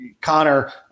Connor